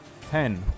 Ten